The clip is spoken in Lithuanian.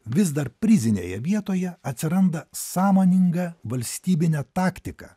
vis dar prizinėje vietoje atsiranda sąmoninga valstybinė taktika